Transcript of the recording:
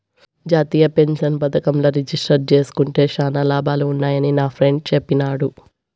జాతీయ పెన్సన్ పదకంల రిజిస్టర్ జేస్కుంటే శానా లాభాలు వున్నాయని నాఫ్రెండ్ చెప్పిన్నాడు